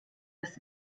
das